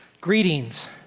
Greetings